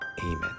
Amen